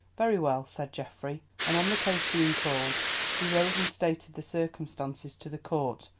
very well, said geoffrey, and on the case being called he rose and stated the circumstances to the court.